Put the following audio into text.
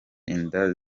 inda